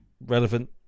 relevant